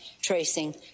tracing